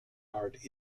art